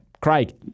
Craig